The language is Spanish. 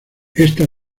esta